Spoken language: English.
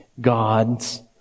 God's